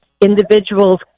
individuals